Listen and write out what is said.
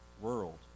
world